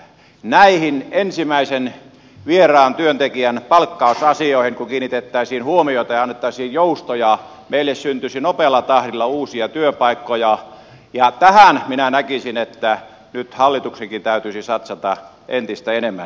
näihin ensimmäisen vieraan työntekijän palkkausasioihin kun kiinnitettäisiin huomioita ja annettaisiin joustoja meille syntyisi nopealla tahdilla uusia työpaikkoja ja tähän minä näkisin että nyt hallituksenkin täytyisi satsata entistä enemmän